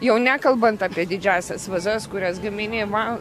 jau nekalbant apie didžiąsias vazas kurias gamini